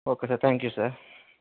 okay sir thank you sir